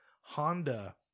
Honda